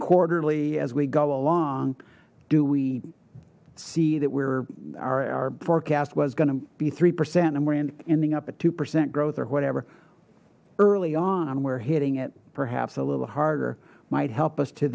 quarterly as we go along do we see that we're our forecast was going to be three percent and we're ending up at two percent growth or whatever early on and we're hitting it perhaps a little harder might help us to